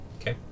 Okay